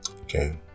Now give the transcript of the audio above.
Okay